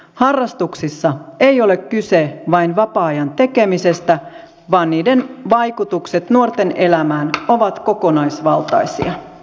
harrastuksissa ei ole kyse vain vapaa ajan tekemisestä vaan niiden vaikutukset nuorten elämään ovat kokonaisvaltaisia